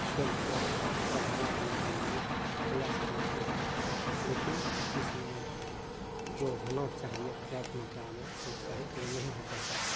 खेल को बढ़ावा देने के लिए प्रयास करते हैं लेकिन इसमें जो होना चाहिए पर्याप्त मात्रा में प्रोत्साहित वह नहीं हो पाता है